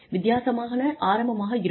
வித்தியாசமான ஆரம்பமாக இருக்கும்